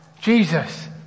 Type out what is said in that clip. Jesus